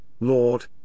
Lord